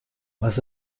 was